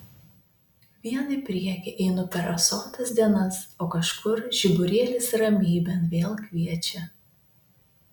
vien į priekį einu per rasotas dienas o kažkur žiburėlis ramybėn vėl kviečia